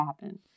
happen